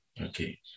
Okay